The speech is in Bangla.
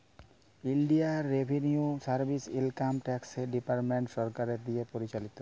ইলডিয়াল Revenue Service Income Tax Department সরকারের দিঁয়ে পরিচালিত